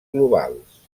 globals